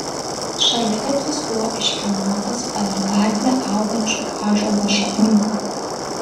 šaligatvis buvo iškilnotas palei gatvę augančių ąžuolo šaknų